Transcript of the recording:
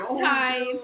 time